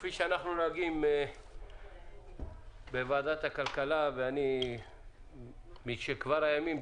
כפי שאנחנו נוהגים בוועדת הכלכלה משכבר הימים,